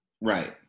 Right